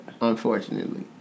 Unfortunately